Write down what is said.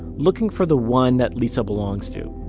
looking for the one that lisa belongs to.